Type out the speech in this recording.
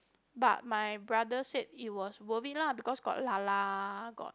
but my brother said it was worth it lah because got lah lah got